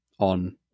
on